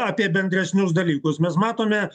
apie bendresnius dalykus mes matome